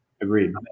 Agreed